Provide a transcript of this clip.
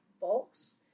box